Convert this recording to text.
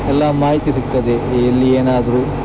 ಎಲ್ಲ ಮಾಹಿತಿ ಸಿಕ್ತದೆ ಎಲ್ಲಿ ಏನಾದರು